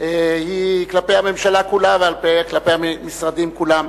היא כלפי הממשלה כולה וכלפי המשרדים כולם,